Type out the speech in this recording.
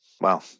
Wow